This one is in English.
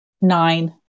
nine